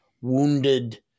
wounded